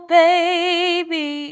baby